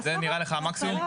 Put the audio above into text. זה נראה לך המקסימום?